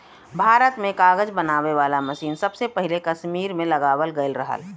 भारत में कागज बनावे वाला मसीन सबसे पहिले कसमीर में लगावल गयल रहल